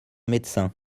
médecin